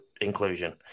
inclusion